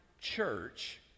church